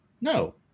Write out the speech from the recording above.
No